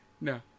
No